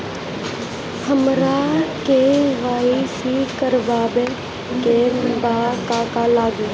हमरा के.वाइ.सी करबाबे के बा का का लागि?